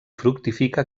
fructifica